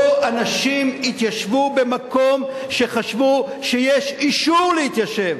פה אנשים התיישבו במקום שחשבו שיש אישור להתיישב.